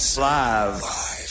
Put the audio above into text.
live